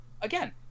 again